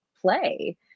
play